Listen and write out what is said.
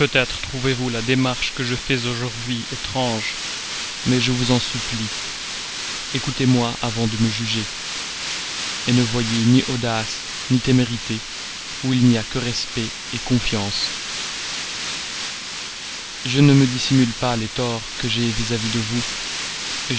trouverez-vous la démarche que je fais aujourd'hui étrange mais je vous en supplie écoutez-moi avant de me juger ne voyez ni audace ni témérité où il n'y a que respect confiance je ne me dissimule pas les torts que j'ai vis-à-vis de vous